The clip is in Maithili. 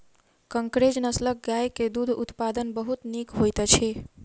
कंकरेज नस्लक गाय के दूध उत्पादन बहुत नीक होइत अछि